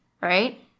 right